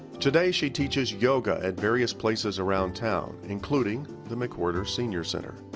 today she teaches yoga at various places around town including the mcwherter senior center.